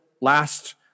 last